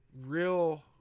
real